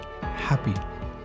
happy